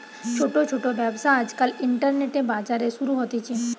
ছোট ছোট ব্যবসা আজকাল ইন্টারনেটে, বাজারে শুরু হতিছে